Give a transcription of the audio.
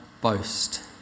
boast